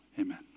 Amen